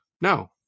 no